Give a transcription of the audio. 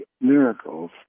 miracles